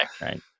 right